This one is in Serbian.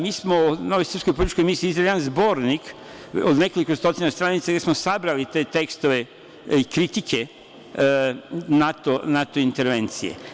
Mi smo u Novoj srpskoj političkoj misiji izdali jedan zbornik od nekoliko stotina stranica gde smo sabrali te tekstove i kritike NATO intervencije.